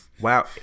Wow